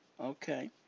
Okay